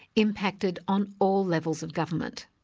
impacted on all levels of government.